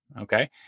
Okay